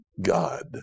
god